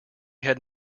had